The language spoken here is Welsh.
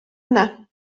yna